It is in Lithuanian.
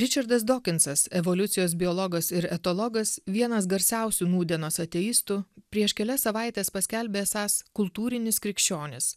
ričardas dokinsas evoliucijos biologas ir etologas vienas garsiausių nūdienos ateistų prieš kelias savaites paskelbė esąs kultūrinis krikščionis